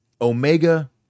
Omega